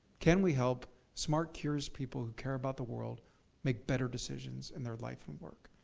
can we help smart, curious people who care about the world make better decisions in their life and work.